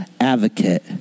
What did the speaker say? advocate